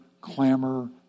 clamor